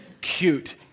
Cute